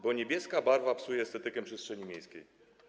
Bo niebieska barwa psuje estetykę przestrzeni miejskiej.